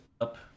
up